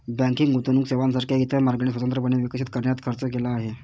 banking गुंतवणूक सेवांसारख्या इतर मार्गांनी स्वतंत्रपणे विकसित करण्यात खर्च केला आहे